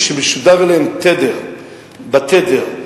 כשמשודרים אליהם בתדר גבורה,